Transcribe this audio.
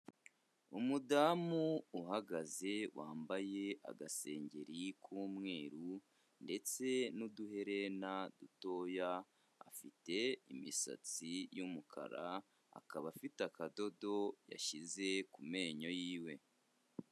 Umudamu uhagaze wambaye agasengeri k'umweru ndetse n'uduherena dutoya, afite imisatsi y'umukara, akaba afite akadodo yashyize ku menyo yiwe.